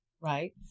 right